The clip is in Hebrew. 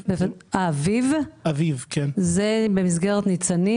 זה במסגרת ניצנים.